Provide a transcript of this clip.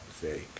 say